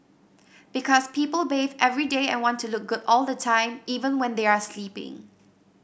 because people bath every day and want to look good all the time even when they are sleeping